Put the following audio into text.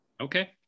Okay